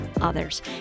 others